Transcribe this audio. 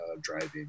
driving